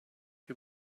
you